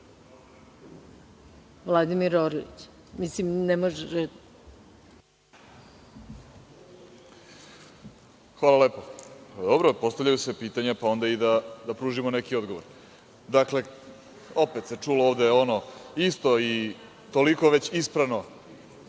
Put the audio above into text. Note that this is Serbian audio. Vladimir Orlić. **Vladimir Orlić** Hvala lepo. Dobro, postavljaju se pitanja, pa onda i da pružimo neki odgovor. Dakle, opet se čulo ovde ono isto i toliko već isprano